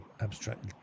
abstract